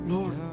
Lord